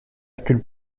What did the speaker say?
hercule